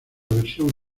versión